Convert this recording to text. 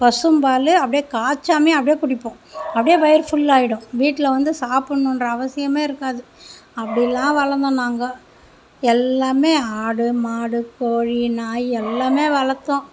பசும்பால் அப்படியே காய்ச்சாமயே அப்படியே குடிப்போம் அப்படியே வயிறு ஃபுல் ஆகிடும் வீட்டில் வந்து சாப்பிட்ணுன்ற அவசியமே இருக்காது அப்படில்லாம் வளர்ந்தோம் நாங்கள் எல்லாமே ஆடு மாடு கோழி நாய் எல்லாமே வளர்த்தோம்